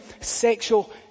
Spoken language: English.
sexual